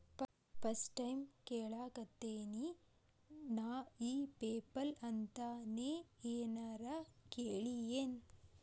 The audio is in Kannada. ಫಸ್ಟ್ ಟೈಮ್ ಕೇಳಾಕತೇನಿ ನಾ ಇ ಪೆಪಲ್ ಅಂತ ನೇ ಏನರ ಕೇಳಿಯೇನ್?